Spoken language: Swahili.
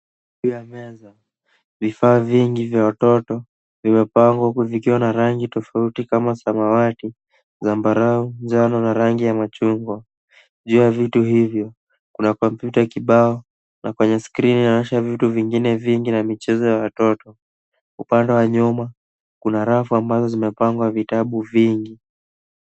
Juu ya meza, vifaa vya watoto vimepangw kufikiwa na rangi tofauti kama samawati ,tambarao, njano na rangi ya machungwa. Juu ya vitu hivo Kuna komputa kibao na kwenye skrini inaonyesha vitu vingi na michezo mingi za watoto. Upnande wa nyuma Kuna rafu ambayo imepangwa vitabu vingi.